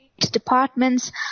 Departments